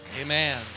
amen